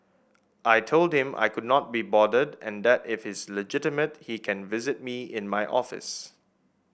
I told him I could not be bothered and that if he's legitimate he can visit me in my office